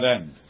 end